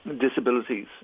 disabilities